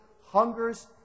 hungers